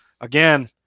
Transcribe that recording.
again